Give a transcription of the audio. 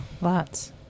lots